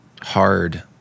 hard